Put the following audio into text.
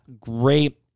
great